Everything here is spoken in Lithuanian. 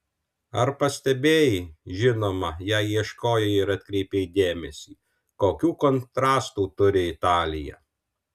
ar pastebėjai žinoma jei ieškojai ir atkreipei dėmesį kokių kontrastų turi italija